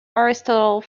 aristotle